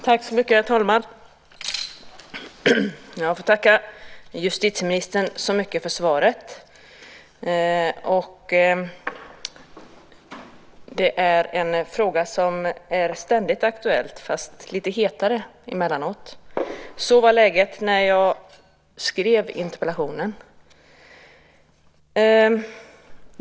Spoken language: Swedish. Herr talman! Jag får tacka justitieministern så mycket för svaret. Det är en fråga som ständigt är aktuell, men emellanåt är den lite hetare. Så var läget när jag skrev interpellationen.